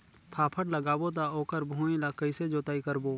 फाफण लगाबो ता ओकर भुईं ला कइसे जोताई करबो?